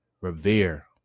revere